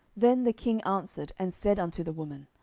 then the king answered and said unto the woman,